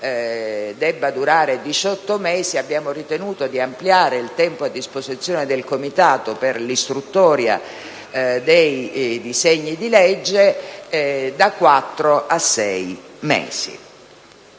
deve durare diciotto mesi, abbiamo ritenuto di ampliare il tempo a disposizione del Comitato per l'istruttoria dei disegni di legge da quattro